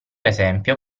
esempio